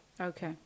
Okay